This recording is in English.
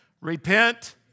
Repent